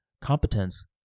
competence